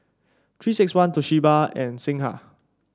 Three six one Toshiba and Singha